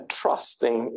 trusting